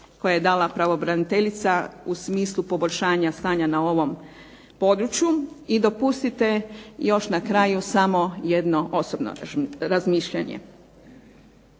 koje je dala pravobraniteljica u smislu poboljšanja stanja na ovom području. I dopustite još samo na kraju jedno osobno razmišljanje.